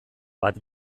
bat